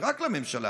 ורק לממשלה,